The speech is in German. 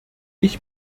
ich